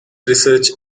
research